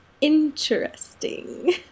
interesting